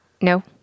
no